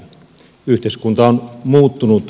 yhteiskunta on muuttunut